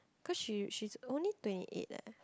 cause she she's only twenty eight leh